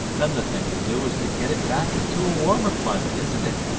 then the thing to do is to get it back into a warmer climate, isn't it?